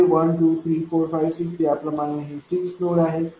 येथे 1 2 3 4 5 6 याप्रमाणे हे 6 नोड आहेत